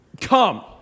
come